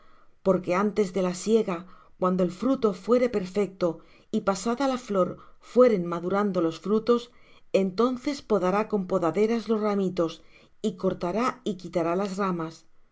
porque antes de la siega cuando el fruto fuere perfecto y pasada la flor fueren madurando los frutos entonces podará con podaderas los ramitos y cortará y quitará las ramas